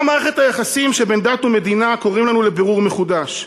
גם מערכת היחסים שבין דת ומדינה קוראת לנו לבירור מחודש.